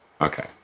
Okay